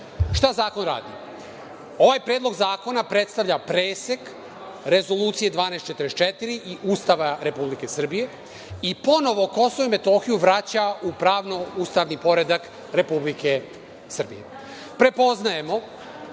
Šta zakon radi? Ovaj predlog zakona predstavlja presek Rezolucije 1244 i Ustava Republike Srbije i ponovo Kosovo i Metohiju vraća u pravno ustavni poredak Republike Srbije. Prepoznajemo